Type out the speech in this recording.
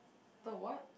the what